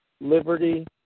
liberty